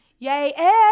Yay